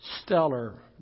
Stellar